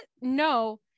No